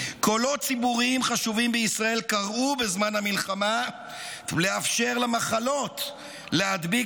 "קולות ציבוריים חשובים בישראל קראו" בזמן המלחמה "לאפשר למחלות להדביק